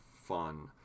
fun